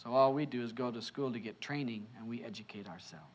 so all we do is go to school to get training and we educate our